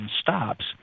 stops